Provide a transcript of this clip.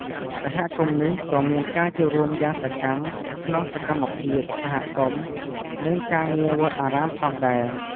សហគមន៍នេះក៏មានការចូលរួមយ៉ាងសកម្មក្នុងសកម្មភាពសហគមន៍ និងការងារវត្តអារាមផងដែរ។